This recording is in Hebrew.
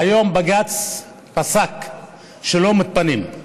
והיום בג"ץ פסק שהם לא מתפנים.